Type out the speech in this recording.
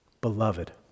Beloved